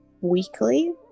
weekly